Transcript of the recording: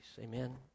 Amen